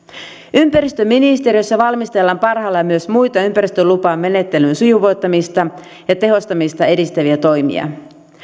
ympäristöministeriössä valmistellaan parhaillaan myös muita ympäristölupamenettelyn sujuvoittamista ja tehostamista edistäviä toimia